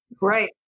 Right